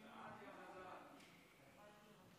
עשר